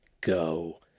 go